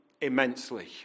immensely